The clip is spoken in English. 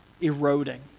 eroding